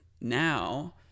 now